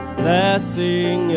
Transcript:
blessing